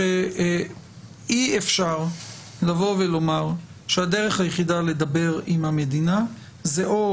שאי אפשר לומר שהדרך היחידה לדבר עם המדינה זה או